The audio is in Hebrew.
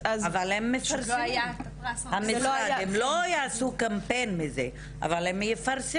הם לא יעשו קמפיין מזה, אבל הם יפרסמו.